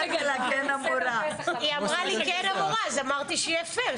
אלא לצורך חוק זה והיא לא תתקבל כראייה בהליך משפטי אחר,